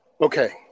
Okay